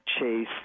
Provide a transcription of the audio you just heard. chase